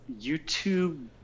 youtube